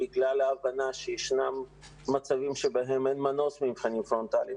בגלל ההבנה שיש מצבים בהם אין מנוס ממבחנים פרונטליים,